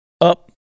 up